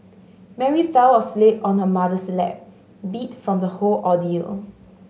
Mary fell asleep on her mother's lap beat from the whole ordeal